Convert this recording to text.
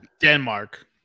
Denmark